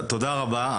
תודה רבה.